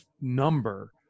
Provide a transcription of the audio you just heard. number